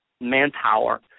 manpower